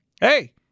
hey